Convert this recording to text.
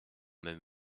même